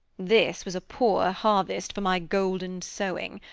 this was a poor harvest for my golden sowing.